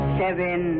seven